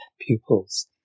pupils